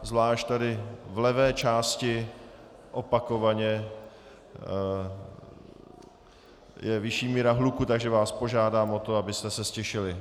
Zvlášť tady v levé části opakovaně je vyšší míra hluku, takže vás požádám o to, abyste se ztišili.